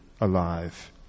alive